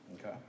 Okay